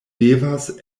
devas